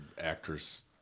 actress